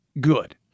good